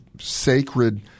sacred